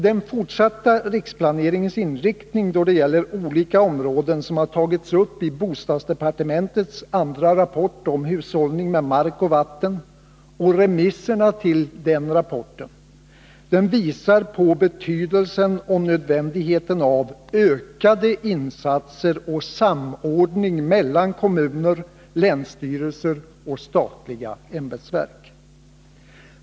Den fortsatta riksplaneringens inriktning, då det gäller de olika områden som tagits upp i bostadsdepartementets andra rapport om hushållning med mark och vatten och remissvaren till den rapporten, visar på betydelsen och nödvändigheten av ökade insatser och samordning mellan kommuner, länsstyrelser och statliga ämbetsverk.